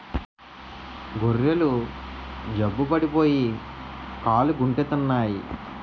గొర్రెలు జబ్బు పడిపోయి కాలుగుంటెత్తన్నాయి